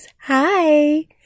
Hi